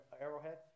Arrowhead